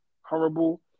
horrible